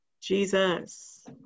Jesus